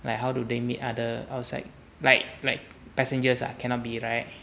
like how do they meet other outside like like passengers ah cannot be right